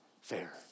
fair